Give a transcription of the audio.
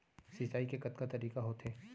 सिंचाई के कतका तरीक़ा होथे?